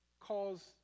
calls